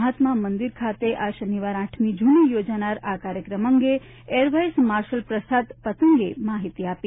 મહાત્મા મંદિર ખાતે આ શનિવાર આઠમી જૂને યોજાનારા આ કાર્યક્રમ અંગે એર વાઇસ માર્શલ પ્રશાંત પતંગેએ માહિતી આપી